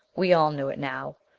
we all knew it now.